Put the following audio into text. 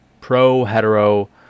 pro-hetero